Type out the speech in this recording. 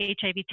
HIV